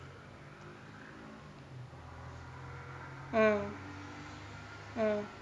mm mm